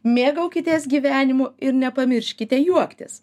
mėgaukitės gyvenimu ir nepamirškite juoktis